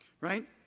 Right